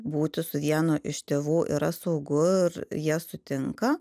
būti su vienu iš tėvų yra saugu ir jie sutinka